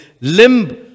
Limb